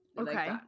okay